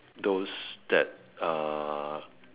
those that uh